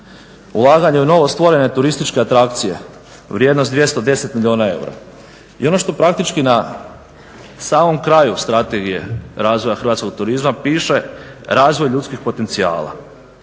ulaganje u novostvorene turističke atrakcije vrijednost 210 milijuna eura. I ono što praktički na samom kraju Strategije razvoja hrvatskoj turizma piše razvoj ljudskih potencijala.